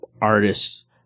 artists